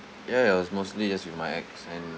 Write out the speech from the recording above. ya it was mostly as with my ex